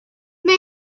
may